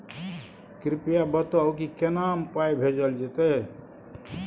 कृपया बताऊ की केना पाई भेजल जेतै?